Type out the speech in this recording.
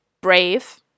brave